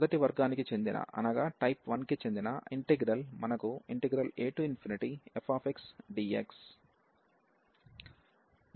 మొదటి వర్గానికి చెందిన ఇంటిగ్రల్ మనకు afxdx ఈ ఇంటిగ్రల్ నకు సంబంధించి ఉంది